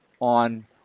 on